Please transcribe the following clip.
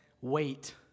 Wait